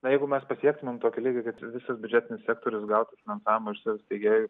na jeigu mes pasiektumėm tokį lygį kad visas biudžetinis sektorius gautų finansavimą iš savo steigėjų